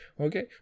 okay